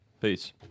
Peace